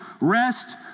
rest